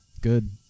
Good